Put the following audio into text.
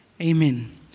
amen